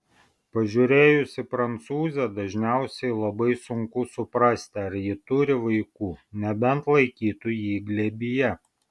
pažiūrėjus į prancūzę dažniausiai labai sunku suprasti ar ji turi vaikų nebent laikytų jį glėbyje